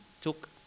took